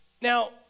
Now